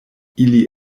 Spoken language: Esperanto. ili